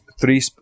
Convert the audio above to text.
three